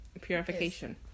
Purification